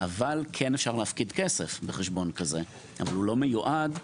אבל כן אפשר להפקיד כסף בחשבון כזה והוא לא מיועד,